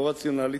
לא רציונלית,